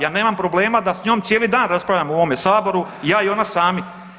Ja nemam problema da s njom cijeli dan raspravljam u ovome Saboru, ja i ona sami.